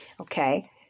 Okay